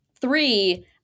three